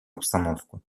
обстановку